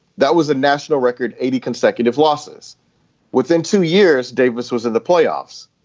that was a national record eighty consecutive losses within two years. davis was in the playoffs.